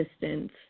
distance